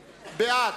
בעד,